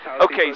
Okay